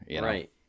Right